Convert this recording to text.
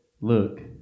Look